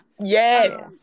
Yes